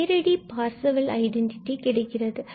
நேரடி Parseval identity கிடைக்கிறது